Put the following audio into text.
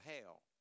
hell